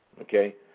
okay